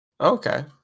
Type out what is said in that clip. Okay